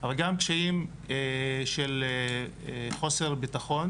אבל גם קשיים של חוסר ביטחון